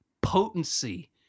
potency